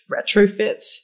retrofit